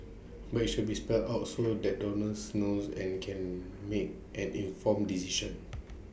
but IT should be spelled out so that donors knows and can make an informed decision